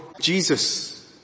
Jesus